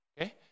okay